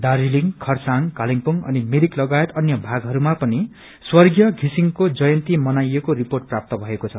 दार्जीलिङ खरसाङ कालेबुङ अनि मिरिक लगायत अन्य भागहरूमा पनि स्वर्गीय षिसिङको जयन्ती मनाइयो रिपोट प्राप्त भएको छ